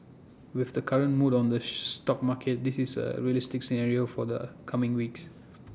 with the current mood on the stock markets this is A realistic scenario for the coming weeks